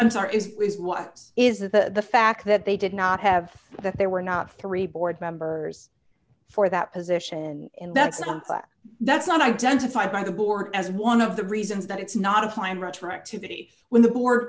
i'm sorry what is the fact that they did not have that they were not three board members for that position and that's something that's not identified by the board as one of the reasons that it's not a climate for activity when the board